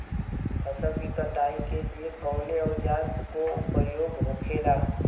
फसल की कटाई के लिए कवने औजार को उपयोग हो खेला?